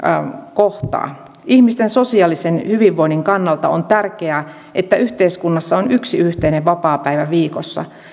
kohtaa ihmisten sosiaalisen hyvinvoinnin kannalta on tärkeää että yhteiskunnassa on yksi yhteinen vapaapäivä viikossa